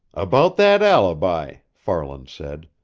about that alibi, farland said.